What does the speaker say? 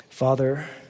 Father